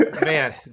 Man